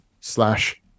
slash